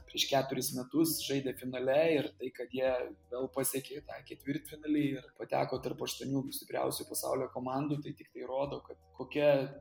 prieš keturis metus žaidė finale ir tai kad jie vėl pasiekė ketvirtfinalį ir pateko tarp aštuonių stipriausių pasaulio komandų tai tiktai rodo kad kokia